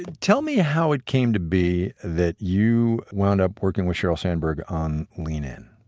tell me ah how it came to be that you wound up working with sheryl sandberg on lean in.